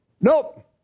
Nope